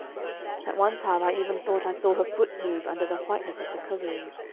at one time i even thought i saw her foot move under the whiteness of the coverings,